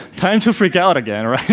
time to freak out again right,